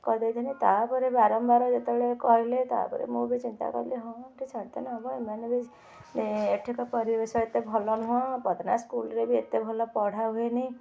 କରି ଦେଇଥିଲି ତା'ପରେ ବାରମ୍ବାର ଯେତେବେଳେ କହିଲେ ତା'ପରେ ମୁଁ ବି ଚିନ୍ତା କଲି ହଁ ଏଠି ଛାଡ଼ିଦେଲେ ହବ ଏମାନେ ବି ଏଠିକା ପରିବେଶ ଏତେ ଭଲ ନୁହେଁ ପଦନା ସ୍କୁଲ୍ରେ ବି ଏତେ ଭଲ ପଢ଼ା ହୁଏନି